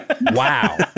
Wow